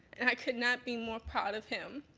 and i could not be more proud of him.